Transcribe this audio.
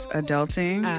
adulting